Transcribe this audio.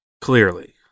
Clearly